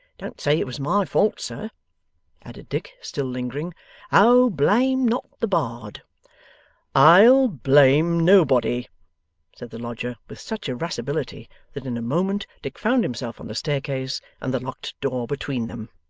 don't say it was my fault, sir added dick, still lingering oh blame not the bard i'll blame nobody said the lodger, with such irascibility that in a moment dick found himself on the staircase, and the locked door between them.